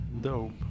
Dope